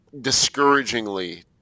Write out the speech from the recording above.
discouragingly